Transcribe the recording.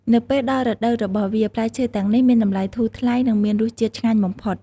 នៅពេលដល់រដូវរបស់វា ផ្លែឈើទាំងនេះមានតម្លៃធូរថ្លៃ និងមានរសជាតិឆ្ងាញ់បំផុត។